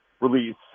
release